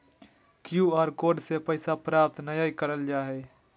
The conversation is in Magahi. क्यू आर कोड से पैसा प्राप्त नयय करल जा हइ